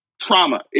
trauma